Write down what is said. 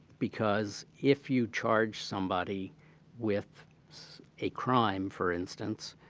because if you charge somebody with a crime for instance,